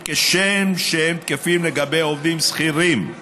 כשם שהם תקפים לגבי עובדים שכירים.